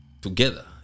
together